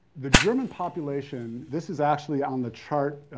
the german population, this is actually on the chart,